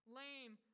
lame